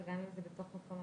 אתה יודע גם את השמות.